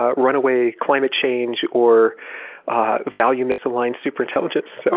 ah runaway climate change or value-misaligned super intelligence. so